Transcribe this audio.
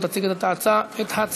אנחנו עוברים, בעזרת השם, לסעיף